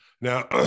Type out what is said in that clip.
now